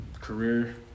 Career